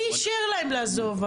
מי אישר להם לעזוב?